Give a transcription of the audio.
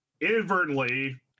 inadvertently